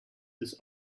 his